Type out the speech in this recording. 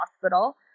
hospital